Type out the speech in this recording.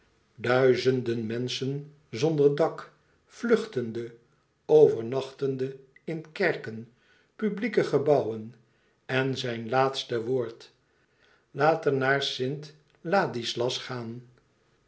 duizenden menschen zonder dak vluchtende overnachtende in kerken publieke gebouwen en zijn laatste woord laat er naar st ladislas gaan